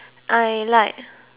I like